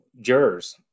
jurors